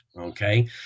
okay